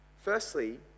Firstly